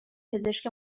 پزشک